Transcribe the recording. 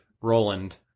Roland